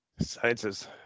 Sciences